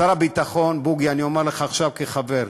שר הביטחון בוגי, אני אומר לך עכשיו כחבר: